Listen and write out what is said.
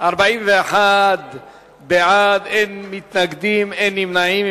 41 בעד, אין מתנגדים ואין נמנעים.